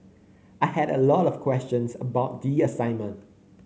I had a lot of questions about the assignment